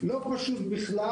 זה לא פשוט בכלל.